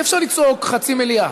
אי-אפשר לצעוק חצי מליאה.